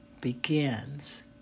begins